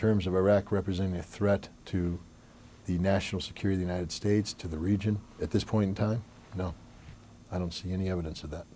terms of iraq represent a threat to the national security united states to the region at this point in time no i don't see any evidence of that